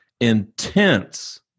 intense